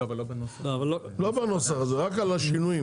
לא בנוסח הזה רק על השינויים.